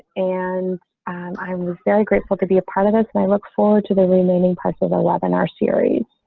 and i was very grateful to be a part of this, and i look forward to the remaining passive a webinar series.